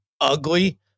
ugly